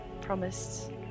Promised